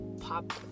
pop